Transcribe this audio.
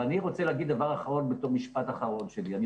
אבל אני רוצה להגיד דבר אחרון בתור משפט אחרון שלי: אני